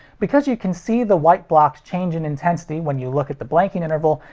because you can see the white blocks change in intensity when you look at the blanking interval,